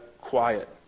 quiet